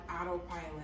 autopilot